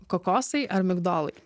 kokosai ar migdolai